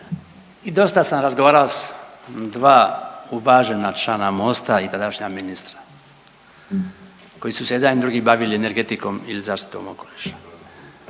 i dosta sam razgovarao s dva uvažena člana MOST-a i tadašnja ministra koji su se i jedan i drugi bavili energetikom ili zaštitom okoliša.